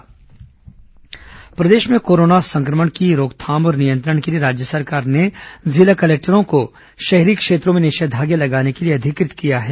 निषेधाज्ञा कलेक्टर अधिकृत प्रदेश में कोरोना संक्रमण की रोकथाम और नियंत्रण के लिए राज्य सरकार ने जिला कलेक्टरों को शहरी क्षेत्रों में निषेधाज्ञा लगाने के लिए अधिकृत किया है